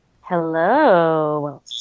Hello